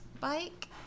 bike